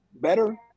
better